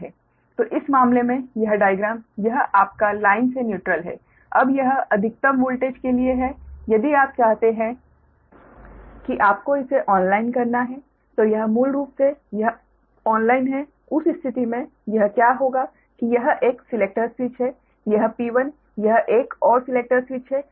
तो इस मामले में यह डाइग्राम यह आपका लाइन से न्यूट्रल है अब यह अधिकतम वोल्टेज के लिए है यदि आप चाहते हैं कि आपको इसे ऑनलाइन करना है तो यह मूल रूप से यह ऑनलाइन है उस स्थिति में यह क्या होगा कि यह एक सिलेक्टर स्विच है यह P1 यह एक और सिलेक्टर स्विच है